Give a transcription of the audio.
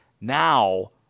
now